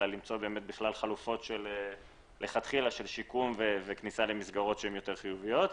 אלא למצוא חלופות של שיקום וכניסה למסגרות יותר חיוביות.